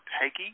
Peggy